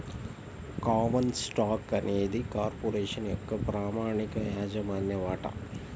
common stock అనేది corporation యొక్క ప్రామాణిక యాజమాన్య వాటా